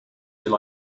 you